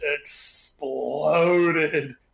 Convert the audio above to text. exploded